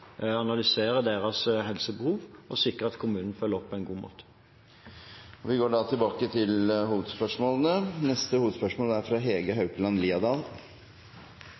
deres helsebehov og sikrer at kommunen følger opp på en god måte. Vi går da til neste hovedspørsmål. Den kulturelle spaserstokken er